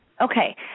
Okay